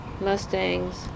Mustangs